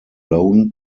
loan